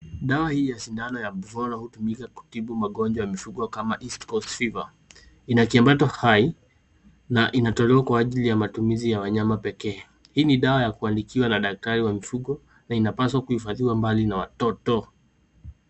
Dawa hii ya sindano ya Buvonal hutumika kutibu magonjwa ya mifugo kama east coast fever . Ina kiambato hai na inatolewa kwa ajili ya matumizi ya wanyama pekee. Hii ni dawa ya kuandikiwa na daktari wa mifugo na inapaswa kuhifadhiwa mbali na watoto.